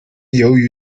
由于